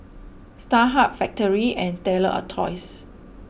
Starhub Factorie and Stella Artois